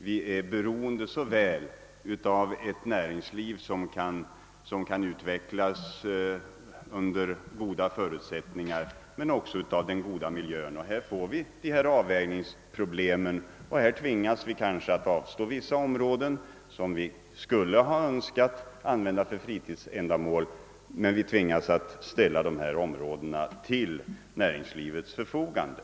Vi är beroende såväl av ett näringsliv som kan utvecklas under goda förutsättningar som av en god miljö. Här uppkommer avvägningsproblem, varvid vi kanske tvingas att avstå vissa områden som vi skulle ha önskat använda för fritidsändamål och ställa dem till näringslivets förfogande.